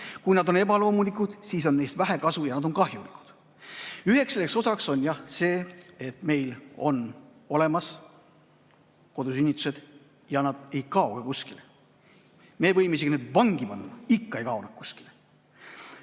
Kui nad on ebaloomulikud, siis on neist vähe kasu ja nad on kahjulikud. Üheks nende osaks on jah see, et meil on olemas kodusünnitused ja need ei kao kuskile. Me võime inimesi isegi vangi panna, aga ikka ei kao kuskile.